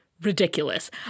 ridiculous